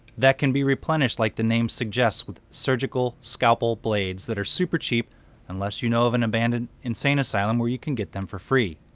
that can be replenished like the name suggest with surgical scalpel blades that are super cheap unless you know of an abandoned insane asylum where you can get them for free.